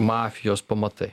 mafijos pamatai